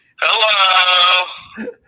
Hello